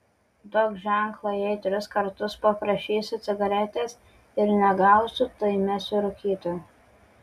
duok ženklą jei tris kartus paprašysiu cigaretės ir negausiu tai mesiu rūkyti